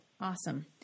Awesome